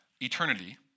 eternity